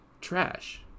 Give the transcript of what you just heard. trash